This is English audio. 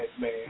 man